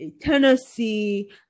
Tennessee